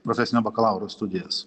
profesinio bakalauro studijas